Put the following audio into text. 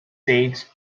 dates